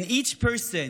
and each person,